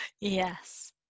Yes